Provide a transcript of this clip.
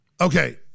Okay